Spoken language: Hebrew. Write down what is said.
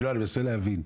אני מנסה להבין.